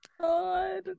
God